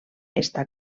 està